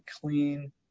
clean